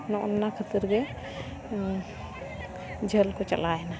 ᱱᱚᱜᱼᱚ ᱱᱟ ᱠᱷᱟᱹᱛᱤᱨ ᱜᱮ ᱡᱷᱟᱹᱞ ᱠᱚ ᱪᱟᱞᱟᱣ ᱮᱱᱟ